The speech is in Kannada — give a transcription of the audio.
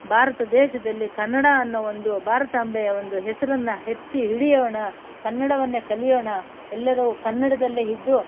ಭಾರತ ದೇಶದಲ್ಲಿ ಕನ್ನಡ ಅನ್ನೋ ಒಂದು ಭಾರತಾಂಬೆಯ ಒಂದು ಹೆಸರನ್ನು ಎತ್ತಿ ಹಿಡಿಯೋಣ ಕನ್ನಡವನ್ನೇ ಕಲಿಯೋಣ ಎಲ್ಲರೂ ಕನ್ನಡದಲ್ಲೇ ಇದ್ದು